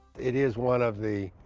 it is one of the